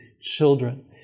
children